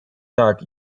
tak